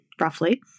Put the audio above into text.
roughly